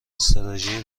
استراتژی